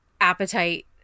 appetite